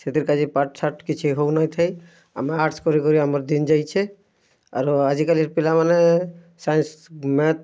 ସେଥିର୍ ଲାଗି ପାଠ୍ ସାଠ୍ କିଛି ହେଉ ନାଇଁ ଥାଇ ଆମେ ଆର୍ଟସ୍ କରି କରି ଆମର୍ ଦିନ୍ ଯାଇଛେ ଆଉ ଆଜି କାଲିର୍ ପିଲାମାନେ ସାଇନ୍ସ ମ୍ୟାଥ୍